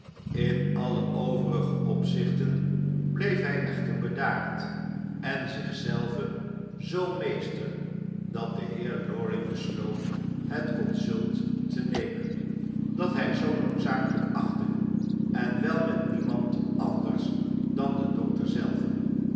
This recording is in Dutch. in alle overige opzichten bleef hy echter bedaard en zich zelven zoo meester dat de heer lorry besloot het consult te nemen dat hij zoo noodzakelyk achtte en wel met demand anders dan den dokter zelven